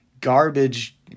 garbage